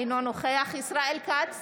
אינו נוכח ישראל כץ,